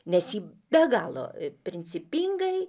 nes ji be galo principingai